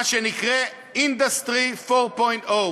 מה שנקרא Industry 4.0,